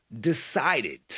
decided